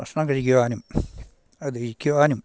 ഭക്ഷണം കഴിക്കുവാനും അത് ദഹിക്കുവാനും